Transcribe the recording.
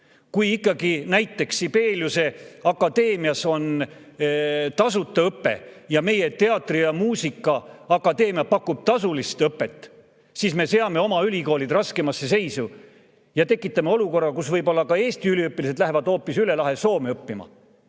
Kui ikkagi näiteks Sibeliuse akadeemias on tasuta õpe, aga meie muusika‑ ja teatriakadeemia pakub tasulist õpet, siis me seame oma ülikoolid raskemasse seisu ja tekitame olukorra, kus võib-olla ka Eesti üliõpilased lähevad hoopis üle lahe Soome õppima.